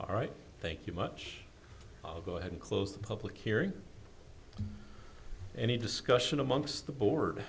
all right thank you much all go ahead and close the public hearing any discussion amongst the board